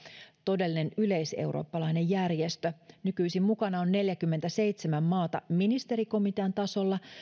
todellinen yleiseurooppalainen järjestö nykyisin mukana on neljäkymmentäseitsemän maata ministerikomitean tasolla